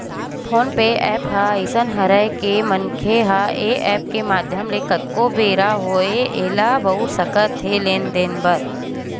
phone पे app ह अइसन हरय के मनखे ह ऐ ऐप के माधियम ले कतको बेरा होवय ऐला बउर सकत हे लेन देन बर